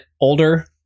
older